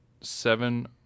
seven